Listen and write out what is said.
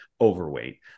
overweight